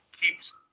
keeps